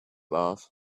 love